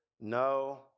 no